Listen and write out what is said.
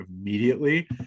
immediately